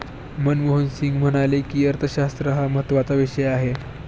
मनमोहन सिंग म्हणाले की, अर्थशास्त्र हा महत्त्वाचा विषय आहे